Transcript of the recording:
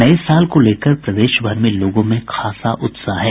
नये साल को लेकर प्रदेशभर में लोगों में खासा उत्साह है